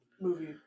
movie